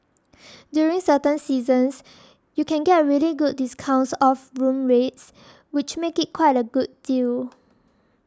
during certain seasons you can get really good discounts off room rates which make it quite a good deal